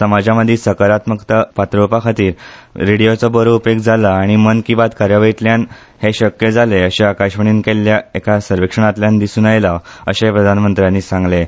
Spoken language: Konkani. समाजामधी सकारात्मकता पातळोवपा खातीर रेडियोचो बरो उपेग जाला आनी मन की बात कार्यावळींतल्यान हें शक्य जालें अशें आकाशवाणीन केल्ल्या एका सर्वेक्षणातल्यान दिसुन आयलां अशेंय प्रधानमंत्र्यानी सांगलें